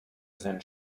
sind